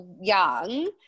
young